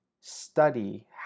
study